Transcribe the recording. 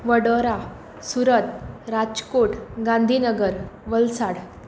Vadodara Surat Rajkot Gandhinagar Valsad